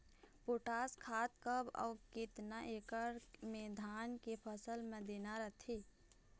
Potash खाद कब अऊ केतना एकड़ मे धान के फसल मे देना रथे?